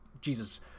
Jesus